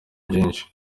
byinshi